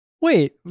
Wait